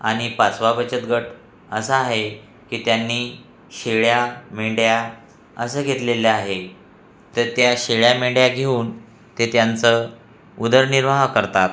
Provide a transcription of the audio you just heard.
आणि पाचवा बचत गट असा आहे की त्यांनी शेळ्या मेंढ्या असं घेतलेलं आहे तर त्या शेळ्या मेंढ्या घेऊन ते त्यांचा उदरनिर्वाह करतात